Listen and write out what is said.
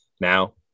Now